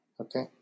Okay